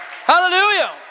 Hallelujah